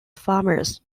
farmers